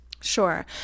Sure